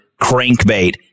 crankbait